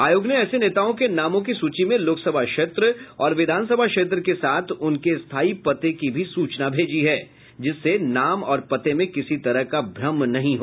आयोग ने ऐसे नेताओं के नामों की सूची में लोकसभा क्षेत्र और विधान सभा क्षेत्र के साथ उनके स्थायी पते की भी सूचना भेजी है जिससे नाम और पते में किसी तरह का भ्रम नहीं हो